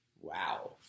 Wow